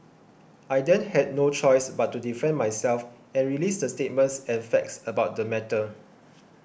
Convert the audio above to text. I then had no choice but to defend myself and release the statements and facts about the matter